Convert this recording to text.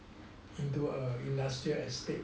into a industrial estate